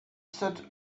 set